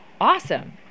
Awesome